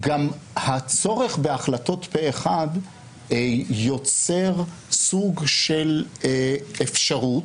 גם הצורך בהחלטות פה אחד יוצר סוג של אפשרות,